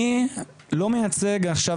אני לא מייצג עכשיו,